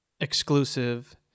exclusive